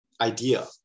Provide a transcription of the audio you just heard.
idea